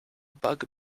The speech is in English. bug